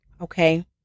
okay